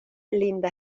linda